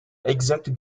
exacte